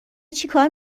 چیکار